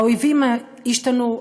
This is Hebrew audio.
האויבים השתנו,